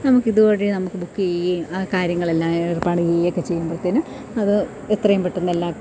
നമുക്കിതുവഴി നമുക്ക് ബുക്ക് ചെയ്യുകയും ആ കാര്യങ്ങളെല്ലാം ഏർപ്പാട് ചെയ്യുകയൊക്കെ ചെയ്യുമ്പോഴത്തേന് അത് എത്രയും പെട്ടെന്ന് എല്ലാ